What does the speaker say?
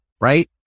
right